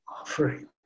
offering